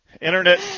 Internet